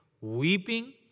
weeping